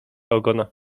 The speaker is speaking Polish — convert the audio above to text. ogona